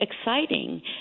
exciting